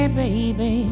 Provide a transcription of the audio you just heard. baby